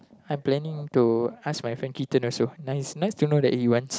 I planning to ask my friend kitten also ya it's nice to know that he wants